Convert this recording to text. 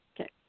Okay